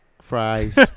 fries